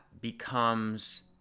becomes